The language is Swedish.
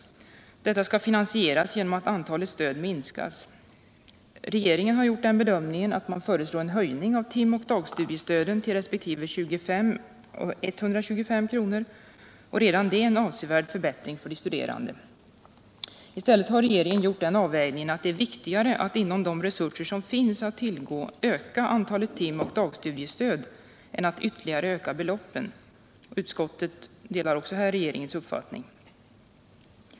Detta skall finansieras genom att antalet stöd minskas. Regeringen har gjort den bedömningen att man bör föreslå en höjning av timoch dagstudiestöden till 25 kr. resp. 125 kr., och redan det är en avsevärd förbättring för de studerande. I stället har regeringen gjort den avvägningen att det är viktigare att inom ramen för de resurser som finns öka antalet timoch dagstudiestöd än att ytterligare öka beloppen. Utskottet delar också här regeringens uppfattning.